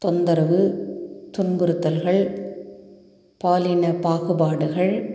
தொந்தரவு துன்புறுத்தல்கள் பாலின பாகுபாடுகள்